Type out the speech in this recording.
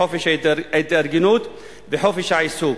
חופש ההתארגנות וחופש העיסוק.